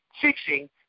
fixing